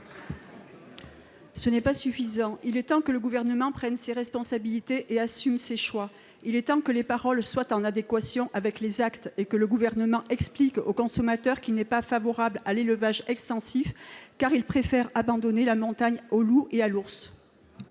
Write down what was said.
ce n'est pas suffisant ! Il est temps que le Gouvernement prenne ses responsabilités et assume ses choix. Il est temps que les paroles soient en adéquation avec les actes. Il est temps que le Gouvernement explique aux consommateurs qu'il n'est pas favorable à l'élevage extensif, préférant abandonner la montagne au loup et à l'ours.